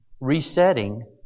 resetting